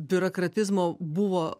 biurokratizmo buvo